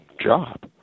job